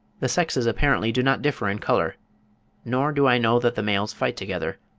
the sexes apparently do not differ in colour nor do i know that the males fight together,